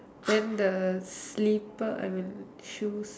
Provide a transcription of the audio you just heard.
then the slipper I mean shoes